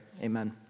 amen